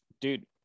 dude